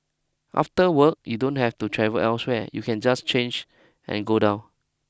after work you don't have to travel elsewhere you can just change and go down